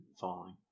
falling